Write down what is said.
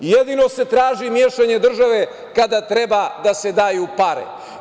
Jedino se traži mešanje države kada treba da se daju pare.